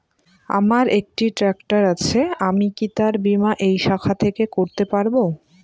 আমার একটি ট্র্যাক্টর আছে আমি কি তার বীমা এই শাখা থেকে করতে পারব?